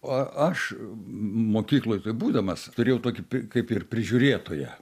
o aš mokykloj tai būdamas turėjau tokį pi kaip ir prižiūrėtoją